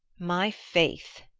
my faith!